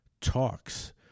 Talks